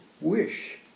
wish